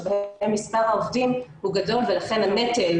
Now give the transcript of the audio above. שבהן מספר העובדים הוא גדול ולכן הנטל